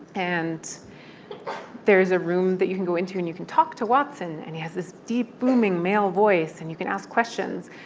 and there is a room that you can go into, and you can talk to watson. and he has this deep booming male voice. and you can ask questions.